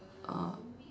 uh